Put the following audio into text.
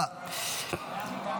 אני קובע כי הצעת חוק הבנקאות (שירות ללקוח) (תיקון